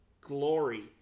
Glory